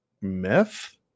meth